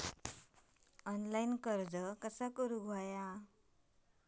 Online कर्ज कसा करायचा?